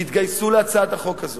יתגייסו להצעת החוק הזאת.